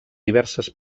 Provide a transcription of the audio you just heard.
diverses